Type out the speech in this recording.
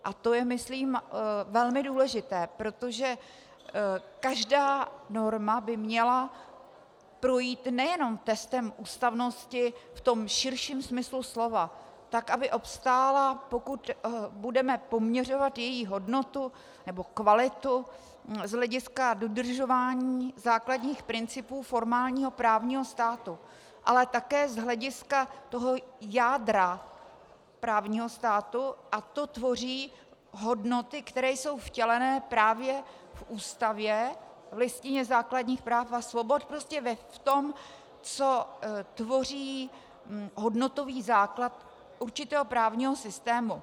A to je, myslím, velmi důležité, protože každá norma by měla projít nejenom testem ústavnosti v tom širším smyslu slova, tak aby obstála, pokud budeme poměřovat její hodnotu nebo kvalitu z hlediska dodržování základních principů formálního právního státu, ale také z hlediska toho jádra právního státu, a to tvoří hodnoty, které jsou vtěleny právě v Ústavě, v Listině základních práv a svobod, prostě v tom, co tvoří hodnotový základ určitého právního systému.